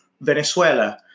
Venezuela